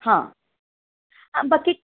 ਹਾਂ ਬਾਕੀ